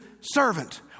servant